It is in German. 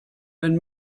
wenn